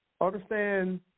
understand